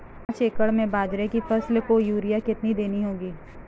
पांच एकड़ में बाजरे की फसल को यूरिया कितनी देनी होगी?